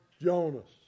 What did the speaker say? Jonas